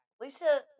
Lisa